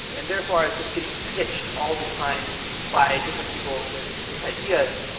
and therefore i was just getting pitched all the time by different people with with ideas.